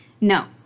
No